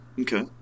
Okay